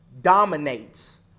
dominates